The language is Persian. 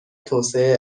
توسعه